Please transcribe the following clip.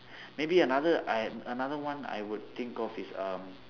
maybe another I another one I would think of is um